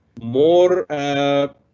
more